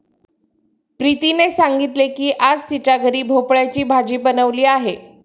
प्रीतीने सांगितले की आज तिच्या घरी भोपळ्याची भाजी बनवली आहे